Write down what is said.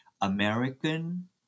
American